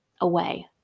away